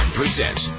presents